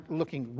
looking